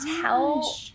tell